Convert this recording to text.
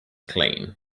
clean